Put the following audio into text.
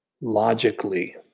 logically